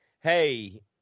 hey